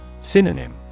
Synonym